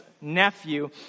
nephew